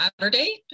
Saturday